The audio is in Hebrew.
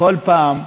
כל פעם,